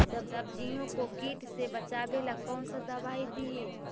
सब्जियों को किट से बचाबेला कौन सा दबाई दीए?